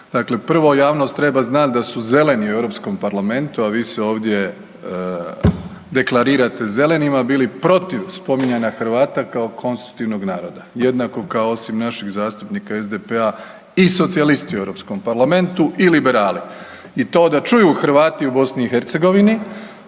Dakle prvo, javnost treba znati da su „zeleni“ u EU parlamentu, a vi se ovdje deklarirate „zelenima“, bili protiv spominjanja Hrvata kao konstitutivnog naroda, jednako kao, osim našeg zastupnika SDP-a i socijalisti u EU parlamentu i liberali i to da čuju Hrvati u BiH,